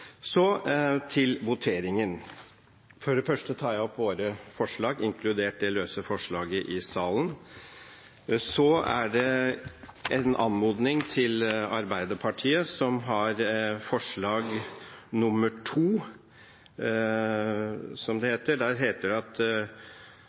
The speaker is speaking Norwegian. Så til voteringen. For det første tar jeg opp våre forslag, inkludert det løse forslaget i salen. Så er det en anmodning til Arbeiderpartiet, som har forslag nummer 2, der det